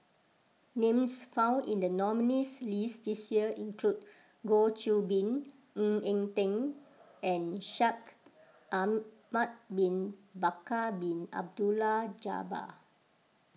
names found in the nominees' list this year include Goh Qiu Bin Ng Eng Teng and Shaikh Ahmad Bin Bakar Bin Abdullah Jabbar